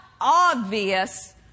obvious